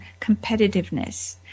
competitiveness